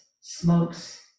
smokes